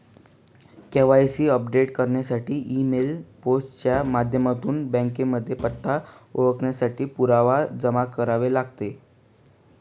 KYC update करण्यासाठी email, post च्या माध्यमातून बँकेमध्ये पत्ता, ओळखेसाठी पुरावा जमा करावे लागेल